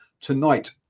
tonight